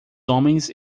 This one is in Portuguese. homens